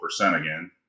again